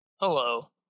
Hello